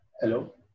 Hello